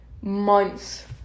months